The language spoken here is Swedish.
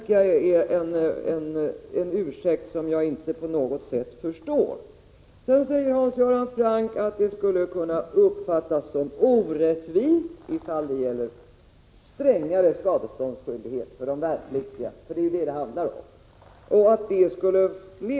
Detta är en ursäkt som jag inte förstår. Sedan säger Hans Göran Franck att strängare skadeståndsskyldighet för de värnpliktiga skulle uppfattas som orättvis och motverka syftet.